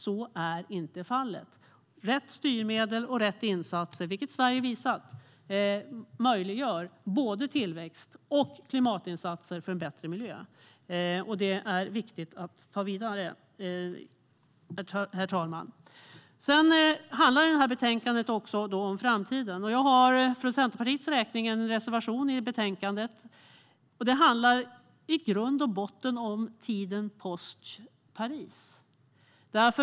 Så är inte fallet. Rätt styrmedel och rätt insatser möjliggör både tillväxt och klimatinsatser för en bättre miljö, vilket Sverige har visat. Det är viktigt att ta detta vidare, herr talman. Det här betänkandet handlar också om framtiden. Jag har för Centerpartiets räkning en reservation i betänkandet. Den handlar i grund och botten om tiden post Paris.